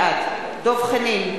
בעד דב חנין,